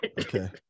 Okay